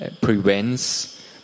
prevents